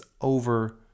over